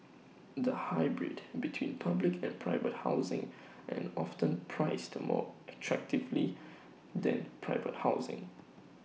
the hybrid between public and private housing and often priced more attractively than private housing